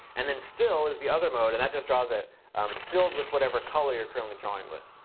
and then fill is the other mode. and that just draws it um filled with whatever color you're currently drawing with.